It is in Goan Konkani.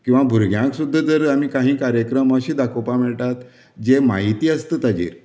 किंवां भुरग्यांक सुद्दां जर आमी काही कार्यक्रम अशें दाखोवपाक मेळटा जे म्हायती आसता ताजेर